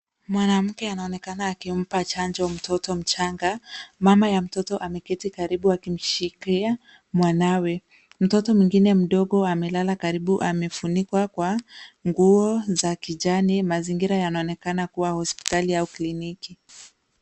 Mwanamke anaonekana akimpa chanjo mtoto mchanga. Mama ya mtoto ameketi karibu akimshikilia mwanawe. Mtoto mwingine mdogo amelala karibu amefunikwa kwa nguo za kijani. Mazingira yanaonekana kuwa hospitali au kliniki.